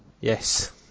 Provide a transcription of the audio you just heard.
Yes